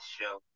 show